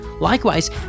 Likewise